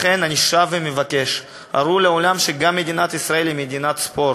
לכן אני שב ומבקש: הראו לעולם שגם מדינת ישראל היא מדינת ספורט,